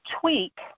tweak